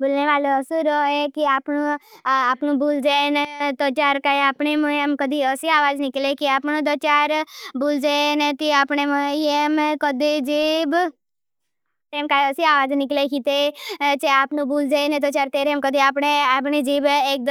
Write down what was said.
बुलने माले असुर होये। कि आपनू बुल जेन तो त्यार काई आपने मुहें कदी असी आवाज निकले। कि आपनू तो त्यार बुल जेन ती आपने मुहें कदी जीब तेरें काई असी आवाज निकले। कि ते चे आपनू बुल जेन तो त्यार तेरें कदी आपने जीब एक